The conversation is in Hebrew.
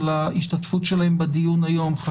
על ההשתתפות שלהם בדיון היום,